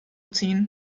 ziehen